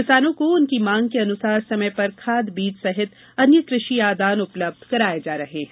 किसानों को उनकी मांग के अनुसार समय पर खाद बीज सहित अन्य कृषि आदान उपलब्ध कराये जा रहे है